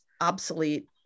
obsolete